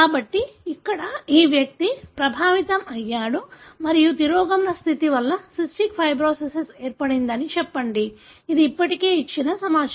కాబట్టి ఇక్కడ ఈ వ్యక్తి ప్రభావితం అయ్యాడు మరియు తిరోగమన స్థితి వల్ల సిస్టిక్ ఫైబ్రోసిస్ ఏర్పడిందని చెప్పండి అది ఇప్పటికే ఇచ్చిన సమాచారం